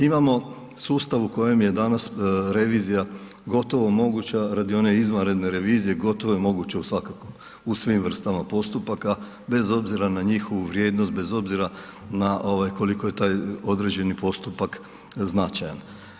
Imamo sustav u kojem je danas gotovo moguća radi one izvanredne revizije gotovo je moguća u svim vrstama postupaka bez na njihovu vrijednost, bez obzira na ovaj koliko je taj određeni postupak značajan.